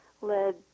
led